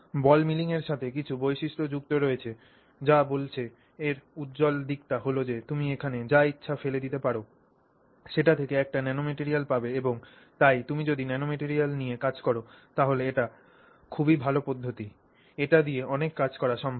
বল milling এর সাথে কিছু বৈশিষ্ট্য যুক্ত রয়েছে যা বলছে এর উজ্জ্বল দিকটি হল যে তুমি এখানে যা ইচ্ছা ফেলে দিতে পার সেটা থেকে একটি ন্যানোমেটেরিয়াল পাবে এবং তাই তুমি যদি ন্যানোমেটেরিয়াল নিয়ে কাজ কর তাহলে এটি খুবই ভাল পদ্ধতি এটি দিয়ে অনেক কাজ করা সম্ভব